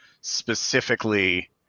specifically